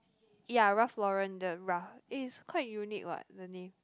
ya Ralph Lauren the Ralph it is quite unique what the name